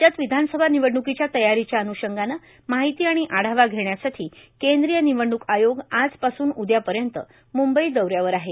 राज्यात विधानसभा निवडण्कीच्या तयारीच्या अन्षंगाने माहिती आणि आढावा घेण्यासाठी केंद्रीय निवडणूक आयोग आजपासून उद्यापर्यंत मुंबई दौऱ्यावर आहेत